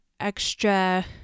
extra